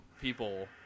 people